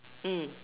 mm